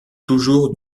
toujours